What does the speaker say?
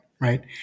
right